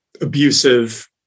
abusive